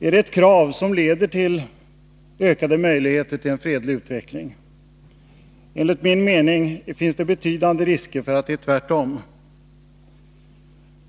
Är det krav som leder till ökade möjligheter för en fredlig utveckling? Enligt min mening finns det betydande risker för att det är tvärtom.